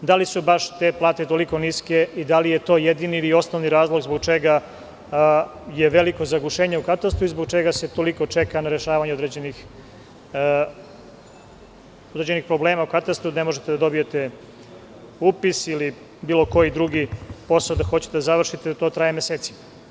Da li su te plate toliko niske i da li je to jedini ili osnovni razlog zbog čega je veliko zagušenje u katastru i zbog čega se toliko čeka na rešavanje određenih problema u katastru, ne možete da dobijete upis ili bilo koji drugi posao da hoćete da završite, to traje mesecima?